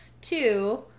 Two